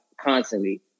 constantly